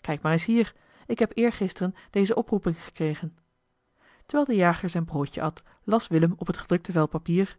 kijk maar eens hier ik heb eergisteren deze oproeping gekregen terwijl de jager zijn broodje at las willem op het gedrukte vel papier